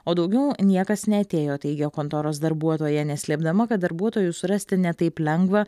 o daugiau niekas neatėjo teigė kontoros darbuotoja neslėpdama kad darbuotojų surasti ne taip lengva